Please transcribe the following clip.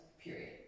Period